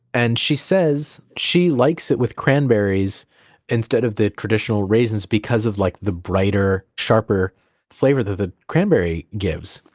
and she says she likes it with cranberries instead of the traditional raisins because of like the brighter, sharper flavor that the cranberry gives,